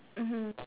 mmhmm